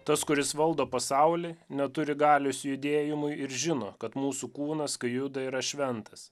tas kuris valdo pasaulį neturi galios judėjimui ir žino kad mūsų kūnas kai juda yra šventas